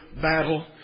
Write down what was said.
battle